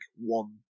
one